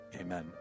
Amen